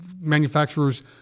manufacturers